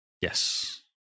Yes